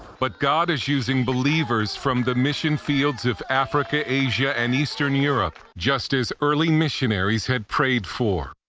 but god is using believers from the mission field of africa, asia, and eastern europe just as early missionaries had prayed for.